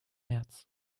märz